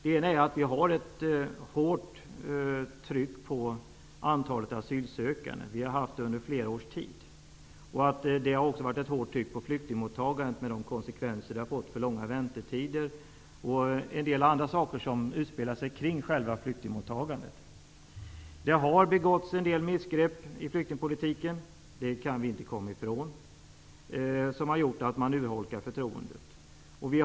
En orsak är det stora antalet asylsökande under flera års tid. Det har också varit ett hårt tryck på flyktingmottagandet, med konsekvenser som långa väntetider och en del andra saker som utspelar sig kring själva flyktingmottagandet. En annan orsak är att det har begåtts en del missgrepp i flyktingpolitiken -- det kan vi inte komma ifrån -- som har urholkat förtroendet.